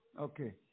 Okay